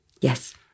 Yes